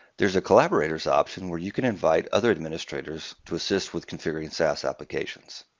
there's a collaborators option where you can invite other administrators to assist with considering saas applications.